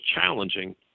challenging